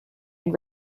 and